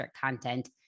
Content